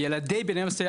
ילדי בני מנשה,